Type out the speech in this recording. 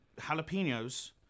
jalapenos